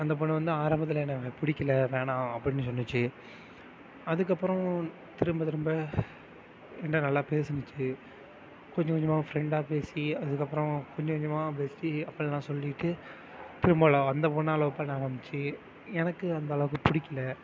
அந்த பொண்ணு வந்து ஆரம்பத்தில் என்னை பிடிக்கல வேணாம் அப்படின்னு சொன்னிச்சு அதுக்கப்பறம் திரும்ப திரும்ப என்ட்ட நல்லா பேசுச்சி கொஞ்சம் கொஞ்சமாக ஃப்ரெண்டாக பேசி அதுக்கப்பறம் கொஞ்சம் கொஞ்சமாக பேசி அப்பிடில்லாம் சொல்லிவிட்டு திரும்ப அந்த பொண்ணாக லவ் பண்ண ஆரம்பிச்ச்சி எனக்கு அந்தளவுக்கு பிடிக்கல